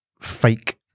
fake